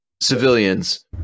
civilians